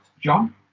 John